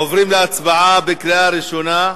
עוברים להצבעה בקריאה ראשונה.